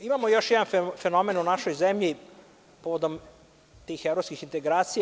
Imamo još jedan fenomen u našoj zemlji, povodom tih evropskih integracija.